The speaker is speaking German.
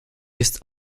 ist